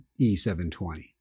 E720